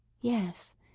Yes